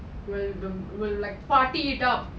will will like party it up